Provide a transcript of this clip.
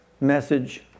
message